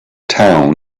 town